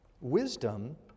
Wisdom